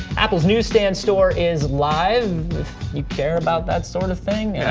apple's newsstand store is live, if you care about that sort of things,